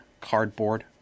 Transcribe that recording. cardboard